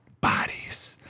bodies